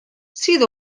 sydd